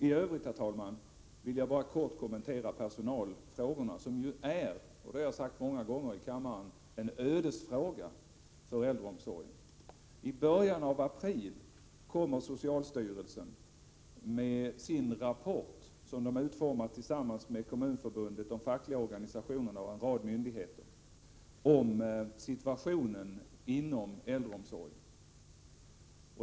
I övrigt, herr talman, vill jag bara kort kommentera personalfrågan som ju är, och det har jag sagt många gånger i kammaren, en ödesfråga för äldreomsorgen. I början av april kommer socialstyrelsen med sin rapport — som man utformat tillsammans med Kommunförbundet, de fackliga organisationerna och en rad myndigheter — om situationen beträffande äldreomsorgen.